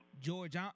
George